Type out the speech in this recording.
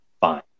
fine